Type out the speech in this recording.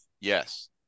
Yes